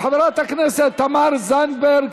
של חברת תמר זנדברג,